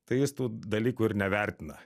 tai jis tų dalykų ir nevertina